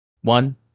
one